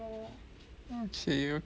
okay okay